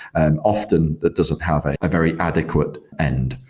and often, that doesn't have a very adequate end.